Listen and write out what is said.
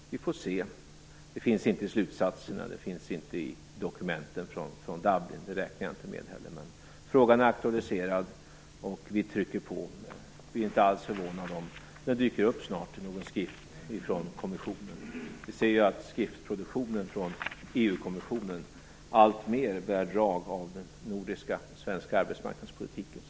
Vi får se. Det finns inte i slutsatserna. Det finns inte med i dokumenten från Dublin. Det räknade jag inte heller med. Frågan är aktualiserad, och vi trycker på. Det är inte alls förvånande om det snart dyker upp i någon skrift från kommissionen. Vi ser att skriftproduktionen från EU-kommissionen alltmer bär drag av den nordiska och svenska arbetsmarknadspolitiken.